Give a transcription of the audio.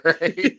right